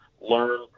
learn